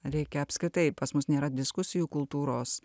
reikia apskritai pas mus nėra diskusijų kultūros